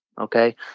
Okay